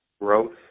growth